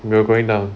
we're going down